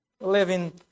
living